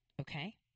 okay